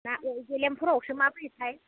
ना अकजिलिामफोरावसो माब्रैथाय